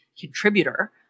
contributor